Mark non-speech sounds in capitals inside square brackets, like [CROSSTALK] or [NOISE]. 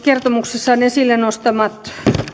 [UNINTELLIGIBLE] kertomuksessaan esille nostamat